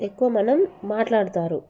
ఎక్కువ మనం మాట్లాడుతారు